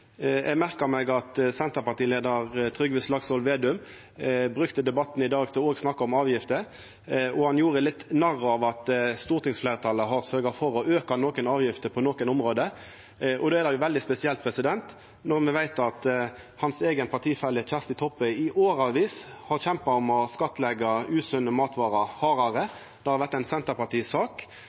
Eg merkar meg at Senterparti-leiar Trygve Slagsvold Vedum brukte debatten i dag til òg å snakka om avgifter, og han gjorde litt narr av at stortingsfleirtalet har sørgja for å auka nokre avgifter på nokre område. Det er veldig spesielt når me veit at hans eigen partifelle Kjersti Toppe i årevis har kjempa for å skattleggja usunne matvarer hardare. Det har vore